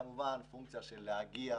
זה כמובן פונקציה של אפשרות להגיע,